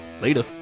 Later